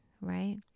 right